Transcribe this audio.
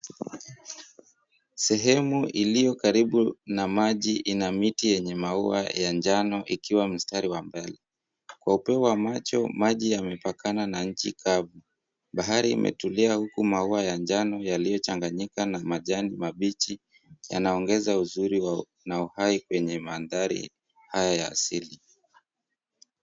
Sehemu iliyo karibu na maji ina miti yenye maua ya njano ikiwa mstari wa mbele. Kwa upeo wa macho, maji yamepakana na nchi kavu. Bahari imetulia huku maua ya njano yaliyochanganyika na majani mabichi yanaongeza uzuri na uhai kwenye mandhari haya ya asili.